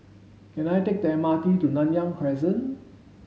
can I take the M R T to Nanyang Crescent